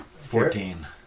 Fourteen